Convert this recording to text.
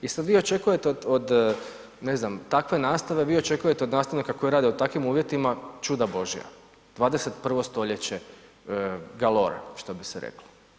I sad vi očekujete od ne znam, takve nastave, vi očekujete od nastavnika koji radi u takvim uvjetima, čuda božja, 21. stoljeće galore, što bi se reklo.